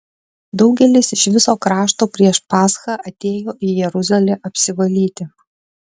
daugelis iš viso krašto prieš paschą atėjo į jeruzalę apsivalyti